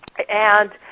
and